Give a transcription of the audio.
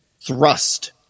thrust